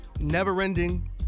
never-ending